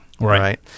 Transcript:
right